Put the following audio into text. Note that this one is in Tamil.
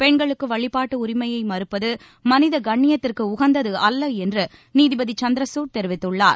பெண்களுக்கு வழிபாட்டு உரிமையை மறுப்பது மனித கண்ணியத்திற்கு உகந்தது அல்ல என்று நீதிபதி சந்திரசூட் தெரிவித்துள்ளார்